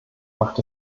macht